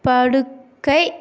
படுக்கை